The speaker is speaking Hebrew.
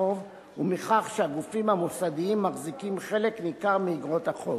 החוב ומכך שהגופים המוסדיים מחזיקים חלק ניכר מאיגרות החוב.